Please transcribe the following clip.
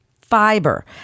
fiber